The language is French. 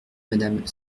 madame